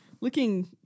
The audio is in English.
looking